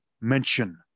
mention